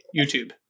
YouTube